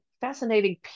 fascinating